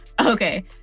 Okay